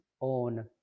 own